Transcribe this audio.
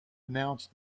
announced